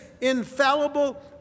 infallible